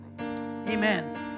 Amen